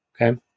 Okay